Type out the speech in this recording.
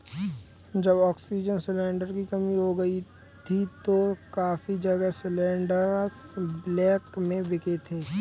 जब oxygen cylinder की कमी हो गई थी तो काफी जगह सिलेंडरस ब्लैक में बिके थे